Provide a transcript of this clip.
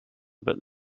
but